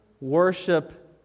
worship